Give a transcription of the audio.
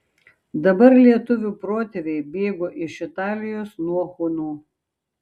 dabar lietuvių protėviai bėgo iš italijos nuo hunų